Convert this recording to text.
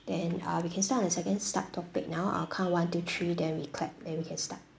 then uh we can start on the second start topic now I'll count one two three then we clap and we can start